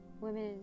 women